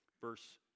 Verse